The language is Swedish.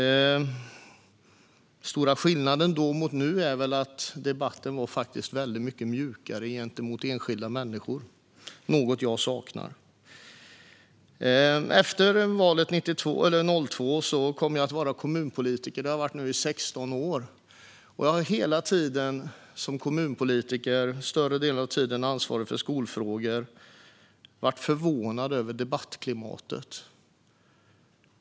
Den stora skillnaden mot nu är att debatten var väldigt mycket mjukare gentemot enskilda människor. Det saknar jag. Sedan valet 02 har jag varit kommunpolitiker, i 16 år. Som kommunpolitiker och till största delen som ansvarig för skolfrågor har jag hela tiden varit förvånad över debattklimatet.